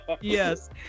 Yes